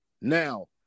Now